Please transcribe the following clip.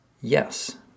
yes